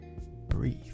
breathe